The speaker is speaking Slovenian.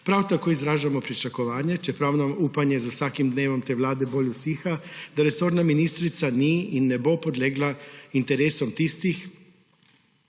Prav tako izražamo pričakovanje, čeprav nam upanje z vsakim dnevom te vlade bolj usiha, da resorna ministrica ni in ne bo podlegla interesom tistih,